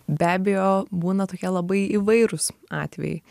be abejo būna tokie labai įvairūs atvejai